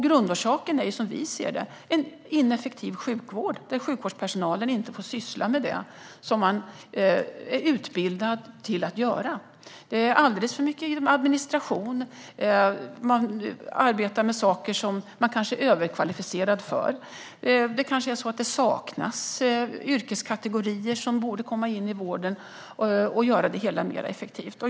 Grundorsaken, som vi ser det, är en ineffektiv sjukvård där sjukvårdspersonalen inte får syssla med det som de är utbildade för. Det är alldeles för mycket administration, man arbetar med saker man är överkvalificerad för och kanske saknas yrkeskategorier som borde komma in i vården och göra den mer effektiv.